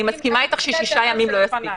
אני מסכימה איתך ש-6 ימים לא יספיקו.